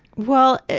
well,